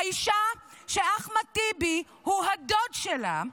האישה שאחמד טיבי הוא הדוד שלה,